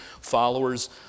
followers